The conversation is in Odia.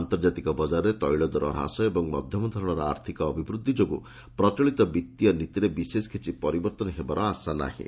ଆନ୍ତର୍ଜାତିକ ବଜାରରେ ତୈଳଦର ହ୍ରାସ ଏବଂ ମଧ୍ୟମଧରଣର ଆର୍ଥିକ ଅଭିବୃଦ୍ଧି ଯୋଗୁଁ ପ୍ରଚଳିତ ବିତ୍ତୀୟ ନୀତିରେ ବିଶେଷ କିଛି ପରିବର୍ତ୍ତନ ହେବାର ଆଶା ନାହିଁ